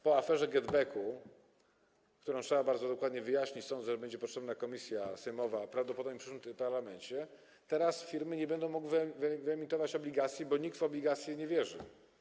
Po aferze Getbacku - którą trzeba bardzo dokładnie wyjaśnić, sądzę, że będzie potrzebna komisja sejmowa, prawdopodobnie w przyszłym parlamencie - teraz firmy nie będą mogły wyemitować obligacji, bo nikt w obligacje nie wierzy.